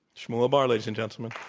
shmuel bar, ladies and gentlemen.